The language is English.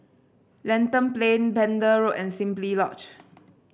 Lentor Plain Pender Road and Simply Lodge